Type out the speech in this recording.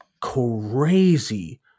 crazy